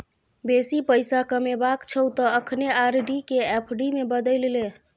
बेसी पैसा कमेबाक छौ त अखने आर.डी केँ एफ.डी मे बदलि ले